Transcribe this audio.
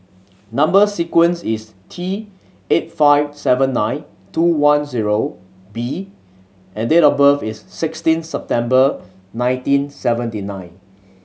number sequence is T eight five seven nine two one zero B and date of birth is sixteen September nineteen seventy nine